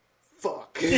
fuck